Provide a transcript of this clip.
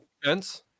defense